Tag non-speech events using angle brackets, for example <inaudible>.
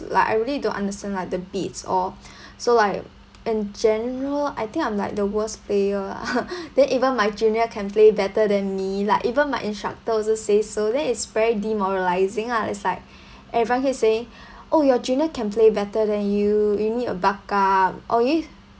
like I really don't understand like the beats or <breath> so like in general I think I'm like the worst player lah <laughs> then even my junior can play better than me lah even my instructor also say so then it's very demoralising lah it's like <breath> everyone keep saying oh your junior can play better than you you need a back up or if